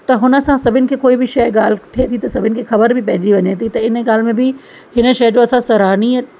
त हुन सां सभिनि खे कोई बि शइ ॻाल्हि थिए थी त सभिनि खे ख़बर बि पइजी वञे थी त हिन ॻाल्हि में बि हिन शइ जो असां सराहनीय